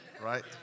Right